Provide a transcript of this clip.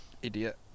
Idiot